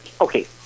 okay